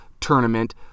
tournament